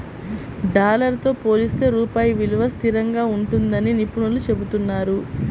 dollar తో పోలిస్తే రూపాయి విలువ స్థిరంగా ఉంటుందని నిపుణులు చెబుతున్నారు